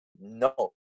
no